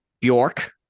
Bjork